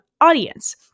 audience